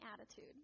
attitude